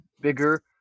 bigger